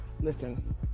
Listen